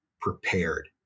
prepared